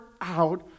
out